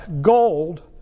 Gold